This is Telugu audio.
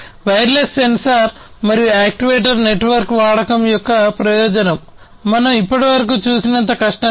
వైర్లెస్ సెన్సార్ మరియు యాక్యుయేటర్ నెట్వర్క్ వాడకం యొక్క ప్రయోజనం మనం ఇప్పటివరకు చూసినంత కష్టం కాదు